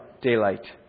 daylight